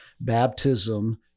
baptism